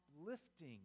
uplifting